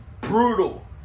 brutal